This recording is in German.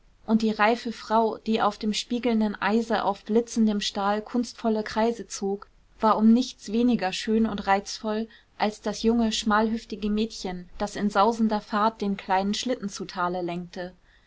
und die reife frau die auf dem spiegelnden eise auf blitzendem stahl kunstvolle kreise zog war um nichts weniger schön und reizvoll als das junge schmalhüftige mädchen das in sausender fahrt den kleinen schlitten zu tale lenkte